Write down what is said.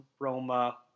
Roma